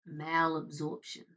malabsorption